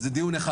זה דיון אחד.